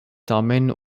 tamen